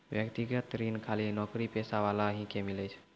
व्यक्तिगत ऋण खाली नौकरीपेशा वाला ही के मिलै छै?